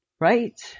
Right